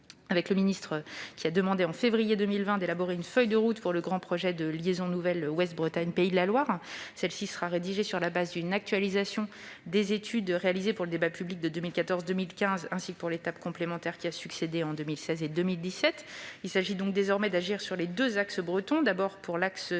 Ainsi, le ministre a demandé en février 2020 d'élaborer une feuille de route pour le grand projet de liaisons nouvelles Ouest Bretagne-Pays de la Loire. Celle-ci sera rédigée sur la base d'une actualisation des études réalisées pour le débat public en 2014 et 2015, ainsi que pour l'étape complémentaire qui lui a succédé en 2016 et 2017. Il s'agit désormais d'agir sur les deux axes bretons. Pour l'axe